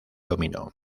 dominó